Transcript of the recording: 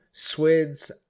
Swids